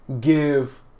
give